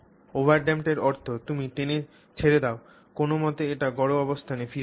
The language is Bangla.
ওভারড্যাম্পড এর অর্থ তুমি টেনে ছেড়ে দাও কোনমতে এটি গড় অবস্থানে ফিরে যাবে